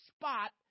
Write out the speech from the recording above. spot